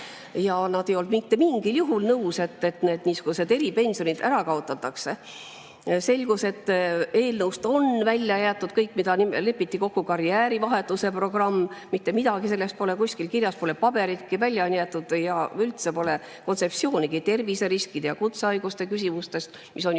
ja nad ei olnud mitte mingil juhul nõus, et niisugused eripensionid ära kaotatakse. Selgus, et eelnõust on välja jäetud kõik, milles oli kokku lepitud. Karjäärivahetuse programm – mitte midagi sellest pole kuskil kirjas, pole paberitki. Välja on jäetud ja üldse pole kontseptsioonigi terviseriskide ja kutsehaiguste küsimustes, mis on ju laiem